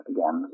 Again